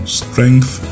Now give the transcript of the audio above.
strength